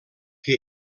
que